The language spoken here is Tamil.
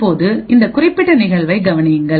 இப்போது இந்த குறிப்பிட்ட நிகழ்வை கவனியுங்கள்